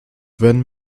wenn